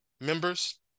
members